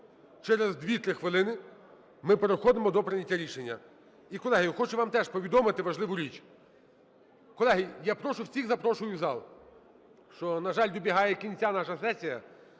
Через 2-3 хвилини ми переходимо до прийняття рішення. І, колеги, хочу вам теж повідомити важливу річ. Колеги, я прошу, всіх запрошую у зал. Що, на жаль, добігає кінця наша сесія,